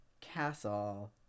castle